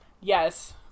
Yes